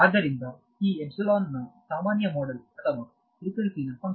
ಆದ್ದರಿಂದ ಈ ಎಪ್ಸಿಲಾನ್ನ ಸಾಮಾನ್ಯ ಮಾಡೆಲ್ ಅಥವಾ ಫ್ರಿಕ್ವೆನ್ಸಿ ನ ಫಂಕ್ಷನ್